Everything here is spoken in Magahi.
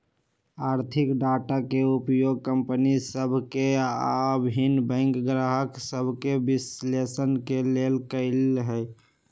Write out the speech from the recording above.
आर्थिक डाटा के उपयोग कंपनि सभ के आऽ भिन्न बैंक गाहक सभके विश्लेषण के लेल करइ छइ